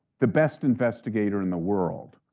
the best investigator in the world,